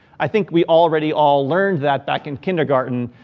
i think we already all learned that back in kindergarten.